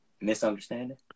Misunderstanding